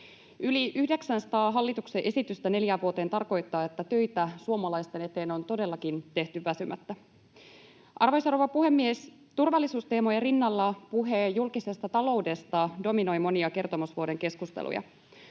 Yli 900 hallituksen esitystä neljään vuoteen tarkoittaa, että töitä suomalaisten eteen on todellakin tehty väsymättä. Arvoisa rouva puhemies! Turvallisuusteemojen rinnalla puhe julkisesta taloudesta dominoi monia kertomusvuoden keskusteluja.